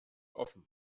offen